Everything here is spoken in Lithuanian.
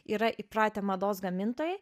yra įpratę mados gamintojai